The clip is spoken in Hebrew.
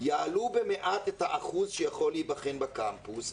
יעלו במעט את האחוז שיכול להיבחן בקמפוס,